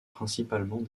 principalement